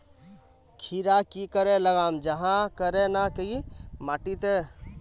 खीरा की करे लगाम जाहाँ करे ना की माटी त?